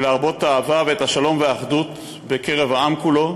ולהרבות אהבה, שלום ואחדות בקרב העם כולו,